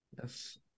Yes